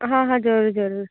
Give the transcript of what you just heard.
હા હા જરૂર જરૂર